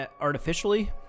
artificially